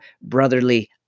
brotherly